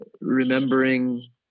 remembering